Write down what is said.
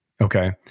Okay